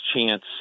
chance